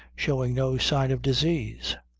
showing no sign of disease.